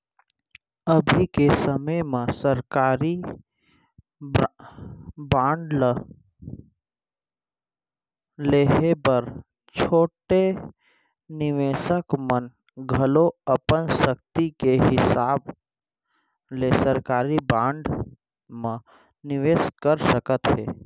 अभी के समे म सरकारी बांड ल लेहे बर छोटे निवेसक मन घलौ अपन सक्ति के हिसाब ले सरकारी बांड म निवेस कर सकत हें